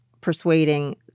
persuading